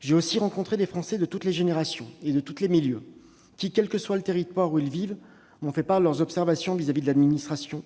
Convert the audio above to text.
J'ai aussi rencontré des Français de toutes les générations et de tous les milieux, qui, quel que soit le territoire où ils vivent, m'ont fait part de leurs observations sur l'administration,